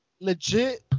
Legit